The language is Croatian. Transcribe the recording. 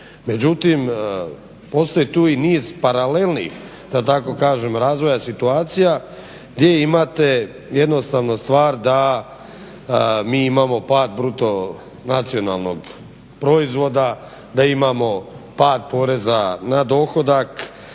međutim postoji tu i niz paralelnih da tako kažem razvoja situacija gdje imate jednostavno stvar da mi imamo pad BDP-a, da imamo pad poreza na dohodak,